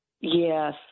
Yes